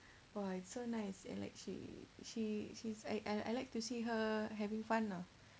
!wah! so nice and like she she she's I I like to see her having fun lah